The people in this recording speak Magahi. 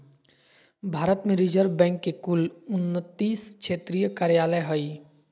भारत में रिज़र्व बैंक के कुल उन्तीस क्षेत्रीय कार्यालय हइ